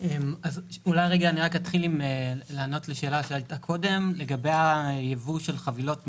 אתחיל בתשובה לשאלה שנשאלה קודם לגבי הייבוא של חבילות מחו"ל.